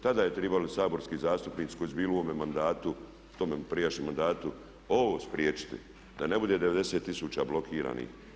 Tada je tribalo saborski zastupnici koji su bili u ovome mandatu, tome prijašnjem mandatu ovo spriječiti, da ne bude 90000 blokiranih.